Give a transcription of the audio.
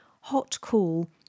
hot-cool